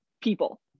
people